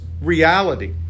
reality